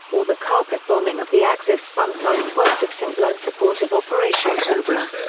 or the carpet bombing of the axis front lines west of saint-lo in support of operation cobra.